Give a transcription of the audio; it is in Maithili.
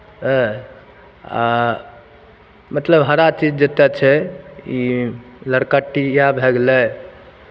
एँ आ मतलब हरा चीज जतेक छै ई नर कट्टी इएह भए गेलै